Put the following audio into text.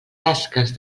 tasques